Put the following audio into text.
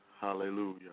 Hallelujah